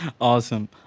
Awesome